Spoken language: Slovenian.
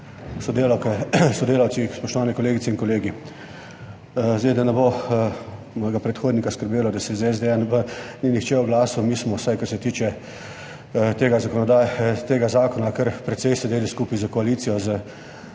sodelavci, spoštovane kolegice in kolegi! Da ne bo mojega predhodnika skrbelo, da se z SD ni nihče oglasil, mi smo, vsaj kar se tiče tega zakona, kar precej sedeli skupaj s koalicijo,